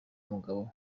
umugabo